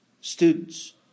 students